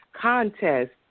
Contest